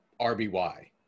RBY